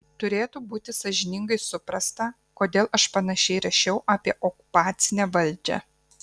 turėtų būti sąžiningai suprasta kodėl aš panašiai rašiau apie okupacinę valdžią